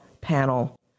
panel